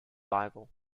bible